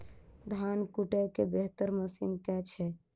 धान कुटय केँ बेहतर मशीन केँ छै?